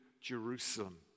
Jerusalem